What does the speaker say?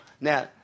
Now